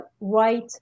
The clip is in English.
right